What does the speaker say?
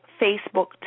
Facebook